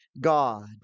God